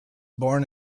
born